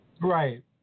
Right